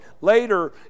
later